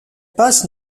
passe